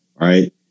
right